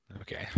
Okay